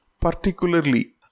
particularly